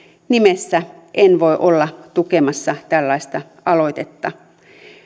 nimessä en voi olla tukemassa tällaista aloitetta